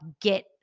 get